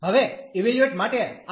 હવે ઇવેલ્યુએટ માટે આવે છે